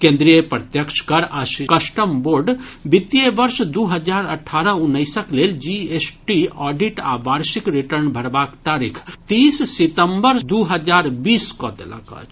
केन्द्रीय प्रत्यक्ष कर आ कस्टम बोर्ड वित्तीय वर्ष दू हजार अठारह उन्नैसक लेल जीएसटी ऑडिट आ वार्षिक रिटर्न भरबाक तारीख तीस सितम्बर दू हजार बीस कऽ देलक अछि